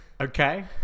Okay